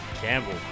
Campbell